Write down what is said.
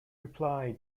reply